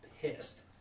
pissed